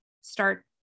start